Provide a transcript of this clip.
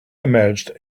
emerged